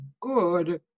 good